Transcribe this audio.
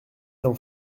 d’en